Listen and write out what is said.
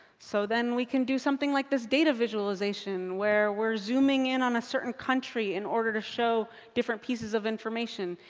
so then we can do something like this data visualization, where we're zooming in on a certain country, in order to show different pieces of information.